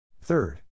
Third